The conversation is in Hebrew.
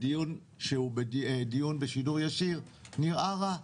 בדיון שהוא דיון בשידור ישיר נראה רע.